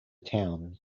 town